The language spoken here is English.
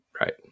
Right